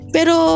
Pero